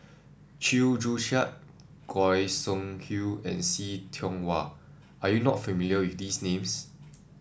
Chew Joo Chiat Goi Seng Hui and See Tiong Wah are you not familiar with these names